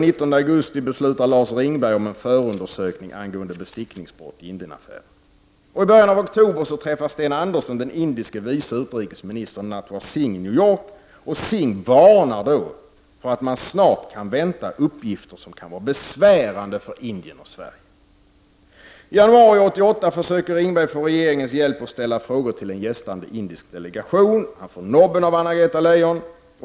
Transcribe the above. I början av oktober 1987 träffade Sten Andersson den indiske vice utrikesministern Natwar Singh i New York. Singh varnade då för att man snart kunde vänta uppgifter som kunde vara besvärande för Indien och Sverige. I januari 1988 försökte Ringberg få regeringens hjälp att ställa frågor till en gästande indisk delegation. Han fick nobben av Anna-Greta Leijon.